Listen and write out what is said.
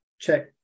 check